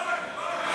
ברכה.